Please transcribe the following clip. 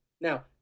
Now